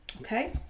Okay